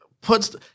puts